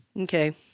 okay